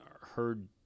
heard